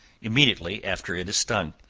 immediately after it is stung,